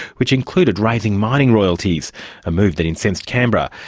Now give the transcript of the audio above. which included raising mining royalties a move that incensed canberra.